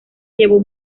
llevó